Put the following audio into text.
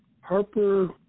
Harper